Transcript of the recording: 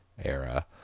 era